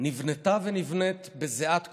נבנתה ונבנית בזיעת כולנו.